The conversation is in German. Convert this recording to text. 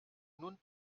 nun